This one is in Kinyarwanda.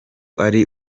ari